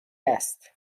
است